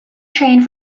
trained